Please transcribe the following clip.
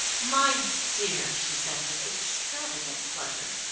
my dear, she said with extravagant pleasure,